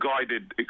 guided